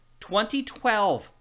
2012